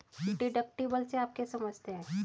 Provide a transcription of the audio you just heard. Deductible से आप क्या समझते हैं?